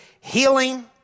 healing